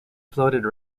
floated